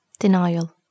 denial